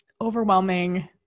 overwhelming